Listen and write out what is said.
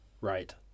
right